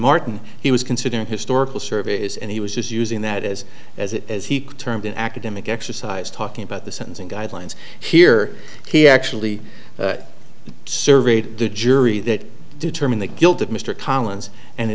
martin he was considering historical surveys and he was just using that as as it as he termed an academic exercise talking about the sentencing guidelines here he actually surveyed the jury that determine the guilt of mr collins and